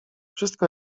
wszystko